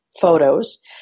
photos